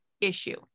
issue